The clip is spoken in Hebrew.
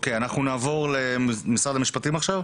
נעבור למשרד המשפטים עכשיו.